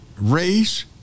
race